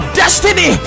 destiny